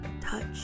touch